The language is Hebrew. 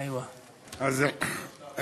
או לחלופי חלופין,